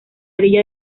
orilla